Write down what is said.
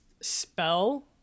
spell